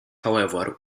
however